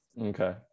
Okay